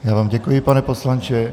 Já vám děkuji, pane poslanče.